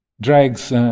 Drags